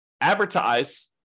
advertise